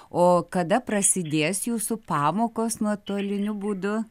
o kada prasidės jūsų pamokos nuotoliniu būdu